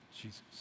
Jesus